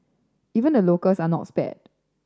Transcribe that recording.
even the locals are not spared